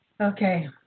Okay